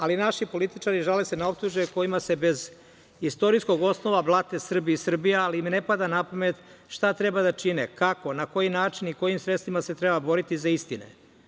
Ali, naši političari žale se na optužbe kojima se bez istorijskog osnova blate Srbi i Srbija, ali im ne pada napamet šta treba da čine, kako, na koji način i kojim sredstvima se treba boriti za istine.